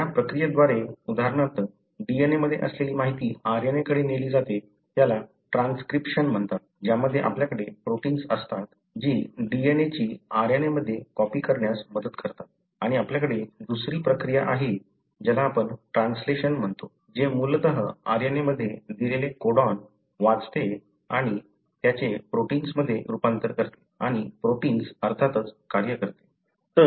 ज्या प्रक्रियेद्वारे उदाहरणार्थ DNA मध्ये असलेली माहिती RNA कडे नेली जाते त्याला ट्रान्सक्रिप्शन म्हणतात ज्यामध्ये आपल्याकडे प्रोटिन्स असतात जी DNA ची RNA मध्ये कॉपी करण्यास मदत करतात आणि आपल्याकडे दुसरी प्रक्रिया आहे ज्याला आपण ट्रान्सलेशन म्हणतो जे मूलतः RNA मध्ये दिलेले कोडॉन वाचते आणि त्याचे प्रोटिन्समध्ये रूपांतर करते आणि प्रोटिन्स अर्थातच कार्य करते